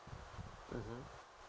mmhmm